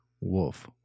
wolf